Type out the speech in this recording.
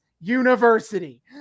University